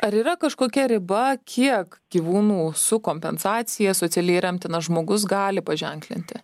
ar yra kažkokia riba kiek gyvūnų su kompensacija socialiai remtinas žmogus gali paženklinti